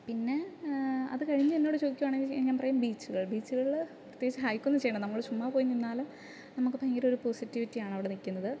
പിന്നെ അതുകഴിഞ്ഞ് എന്നോട് ചോദിക്കുകയാണെങ്കിൽ ഞാൻ പറയും ബീച്ചുകൾ ബീച്ചുകളിൽ പ്രത്യേകിച്ച് ഹൈക്ക് ഒന്നും ചെയ്യേണ്ട നമ്മൾ ചുമ്മാ പോയി നിന്നാലും നമുക്ക് ഭയങ്കര ഒരു പോസിറ്റിവിറ്റി ആണ് അവിടെ നിൽക്കുന്നത്